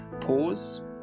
pause